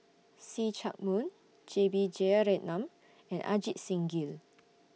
See Chak Mun J B Jeyaretnam and Ajit Singh Gill